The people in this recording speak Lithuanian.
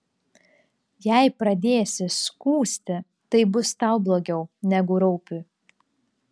jei pradėsi skųsti tai bus tau blogiau negu raupiui